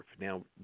Now